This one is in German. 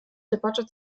debatte